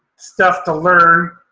stuff to learn,